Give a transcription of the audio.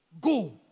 go